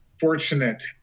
fortunate